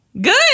Good